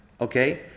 Okay